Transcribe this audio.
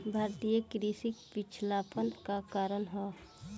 भारतीय कृषि क पिछड़ापन क कारण का ह?